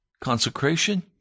consecration